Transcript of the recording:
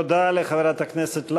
תודה לחברת הכנסת לנדבר.